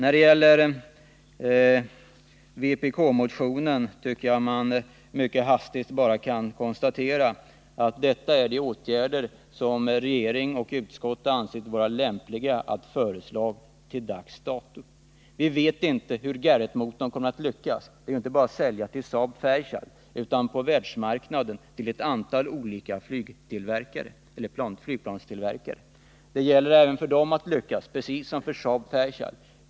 Beträffande vpk-motionen tycker jag att man helt kort kan konstatera att det här rör sig om de åtgärder som regering och riksdag har ansett vara lämpliga att föreslå till dags dato. Vi vet inte hur Garrettmotorn kommer att lyckas. Det gäller ju inte bara att sälja till Saab-Fairchild, utan man måste sälja på världsmarknaden till ett antal olika flygplanstillverkare. Företaget måste lyckas precis som Saab-Fairchild.